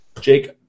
Jake